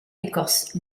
écorce